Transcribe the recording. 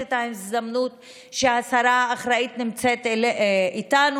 את ההזדמנות שהשרה האחראית נמצאת איתנו.